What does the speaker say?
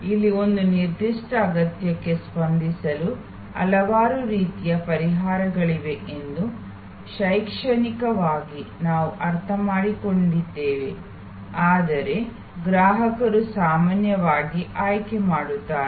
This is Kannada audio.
ಇಲ್ಲಿ ಒಂದು ನಿರ್ದಿಷ್ಟ ಅಗತ್ಯಕ್ಕೆ ಸ್ಪಂದಿಸಲು ಹಲವಾರು ರೀತಿಯ ಪರಿಹಾರಗಳಿವೆ ಎಂದು ಶೈಕ್ಷಣಿಕವಾಗಿ ನಾವು ಅರ್ಥಮಾಡಿಕೊಂಡಿದ್ದೇವೆ ಆದರೆ ಗ್ರಾಹಕರು ಸಾಮಾನ್ಯವಾಗಿ ಆಯ್ಕೆ ಮಾಡುತ್ತಾರೆ